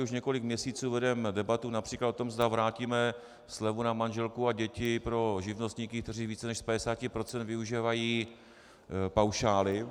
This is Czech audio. Už několik měsíců tady vedeme debatu například o tom, zda vrátíme slevu na manželku a děti pro živnostníky, kteří více než z 50 % využívají paušály.